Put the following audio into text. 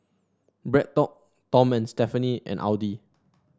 Bread Talk Tom and Stephanie and Audi